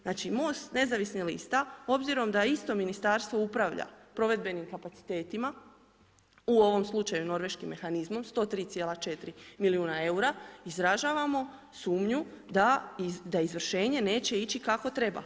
Znači MSOT nezavisnih lista obzirom da isto ministarstvo upravlja provedbenim kapacitetima, u ovom slučaju norveškim mehanizmom, 103,4 milijuna eura, izražavamo sumnju da izvršenje neće ići kako treba.